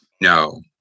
No